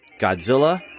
Godzilla